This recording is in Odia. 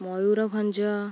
ମୟୁରଭଞ୍ଜ